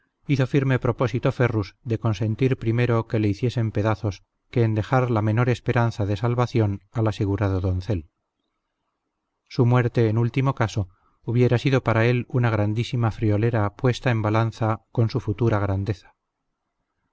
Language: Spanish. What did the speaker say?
hizo firme propósito ferrus de consentir primero que le hiciesen pedazos que en dejar la menor esperanza de salvación al asegurado doncel su muerte en último caso hubiera sido para él una grandísima friolera puesta en balanza con su futura grandeza